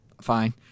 Fine